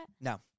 No